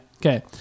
Okay